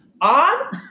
on